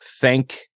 thank